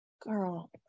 girl